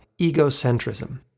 egocentrism